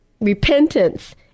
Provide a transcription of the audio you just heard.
repentance